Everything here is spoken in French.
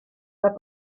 pas